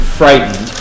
frightened